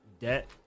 debt